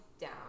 down